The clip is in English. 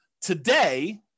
Today